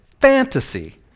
fantasy